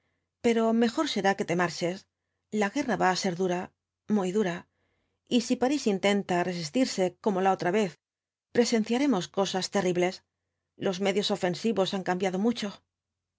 pero mejor será que te marches la guerra va á ser dura muy dura y si parís intenta resistirse como la otra vez presenciaremos cosas terribles los medios ofensivos han cambiado mucho